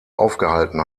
aufgehalten